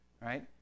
right